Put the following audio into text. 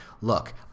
look